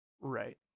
Right